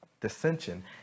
dissension